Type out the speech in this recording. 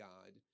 God